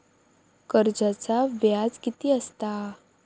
कर्जाचा व्याज कीती असता?